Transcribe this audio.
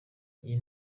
iyi